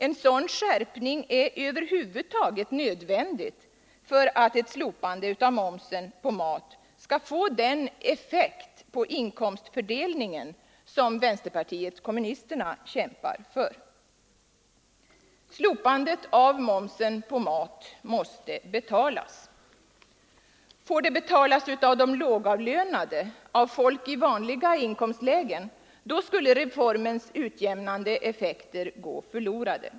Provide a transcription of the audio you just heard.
En sådan skärpning är över huvud taget nödvändig för att ett slopande av momsen på mat skall få den effekt på inkomstfördelningen som vänsterpartiet kommunisterna kämpar för. Slopandet av momsen på mat måste betalas. Får det betalas av de lågavlönade, av folk i vanliga inkomstlägen, skulle reformens utjämnande effekter gå förlorade.